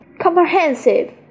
comprehensive